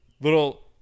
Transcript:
little